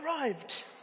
arrived